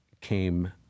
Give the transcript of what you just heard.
came